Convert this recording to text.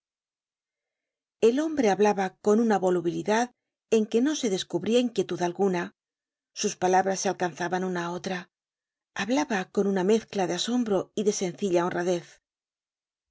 el hombre hablaba con una volubilidad en que no se descubría inquietud alguna sus palabras se alcanzaban una á otra hablaba con una mezcla de asombro y de sencilla honradez